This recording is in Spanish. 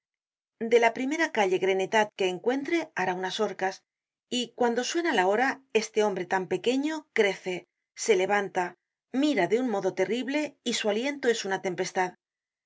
de la primera calle grenetat que encuentre hará unas horcas y cuando suena la hora este hombre tan pequeño crece se levanta mira de un modo terrible y su aliento es una tempestad de